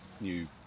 new